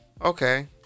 Okay